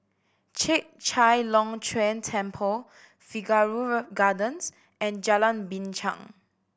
Chek Chai Long Chuen Temple Figaro Gardens and Jalan Binchang